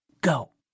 go